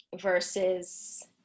versus